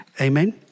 Amen